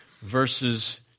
Verses